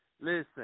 Listen